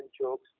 jokes